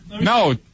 No